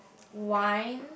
whine